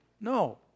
No